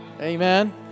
Amen